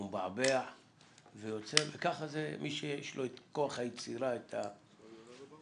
הוא מבעבע וככה מי שיש לו את כוח היצירה, את